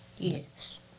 Yes